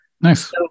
Nice